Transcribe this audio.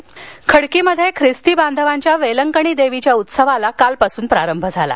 वेलंकिणी खडकीत ख्रिस्ती बांधवांच्या वेलंकणी देवीच्या उत्सवाला कालपासून प्रारंभ झाला